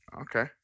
Okay